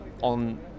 on